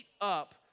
up